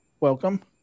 welcome